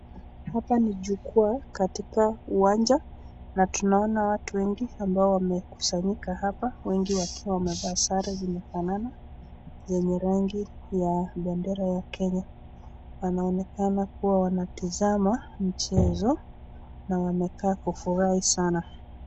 Hapa ni jukwaa katika uwanja na tunaona watu wengi ambao wamekusanyika hapa, wengine wakiwa wamevaa sare zinazofana yenye rangi ya bendera ya Kenya wanaonekana kuwa wanatizama mchezo na wanakaa kufurahai sana.